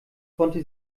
konnte